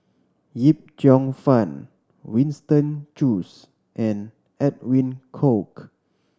Yip Cheong Fun Winston Choos and Edwin Koek